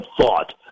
thought